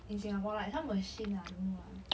in singapore like some machine ah I don't know lah